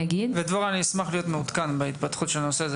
ודבורה אני אשמח להיות מעודכן בהתפתחות של הנושא הזה,